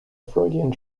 freudian